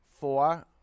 four